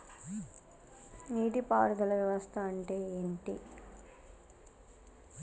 నీటి పారుదల వ్యవస్థ అంటే ఏంటి?